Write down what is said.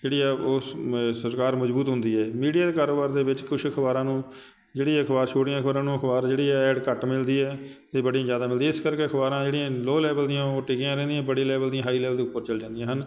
ਜਿਹੜੀ ਹੈ ਉਸ ਮੈ ਸਰਕਾਰ ਮਜ਼ਬੂਤ ਹੁੰਦੀ ਹੈ ਮੀਡੀਆ ਦੇ ਕਾਰੋਬਾਰ ਦੇ ਵਿੱਚ ਕੁਛ ਅਖ਼ਬਾਰਾਂ ਨੂੰ ਜਿਹੜੀ ਹੈ ਅਖ਼ਬਾਰ ਛੋਟੀਆਂ ਅਖ਼ਬਾਰਾਂ ਨੂੰ ਅਖ਼ਬਾਰ ਜਿਹੜੀ ਹੈ ਐਡ ਘੱਟ ਮਿਲਦੀ ਹੈ ਅਤੇ ਬੜੀ ਜ਼ਿਆਦਾ ਮਿਲਦੀ ਹੈ ਇਸ ਕਰਕੇ ਅਖ਼ਬਾਰਾਂ ਜਿਹੜੀਆਂ ਲੋਅ ਲੈਵਲ ਦੀਆਂ ਉਹ ਟਿਕੀਆਂ ਰਹਿੰਦੀਆਂ ਬੜੇ ਲੈਵਲ ਦੀਆਂ ਹਾਈ ਲੈਵਲ ਦੀਆਂ ਉੱਪਰ ਚਲ ਜਾਂਦੀਆਂ ਹਨ